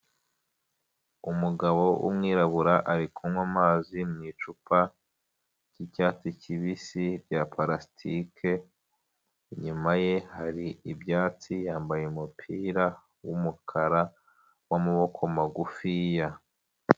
Umugabo wumwirabura ari kunywa amazi mw' icupa ryicyatsi kibisi rya palasitike inyuma ye hari ibyatsi yambaye umupira wumukara wamaboko magufi .